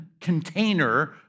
container